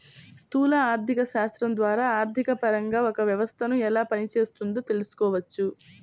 స్థూల ఆర్థికశాస్త్రం ద్వారా ఆర్థికపరంగా ఒక వ్యవస్థను ఎలా పనిచేస్తోందో తెలుసుకోవచ్చు